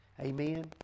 Amen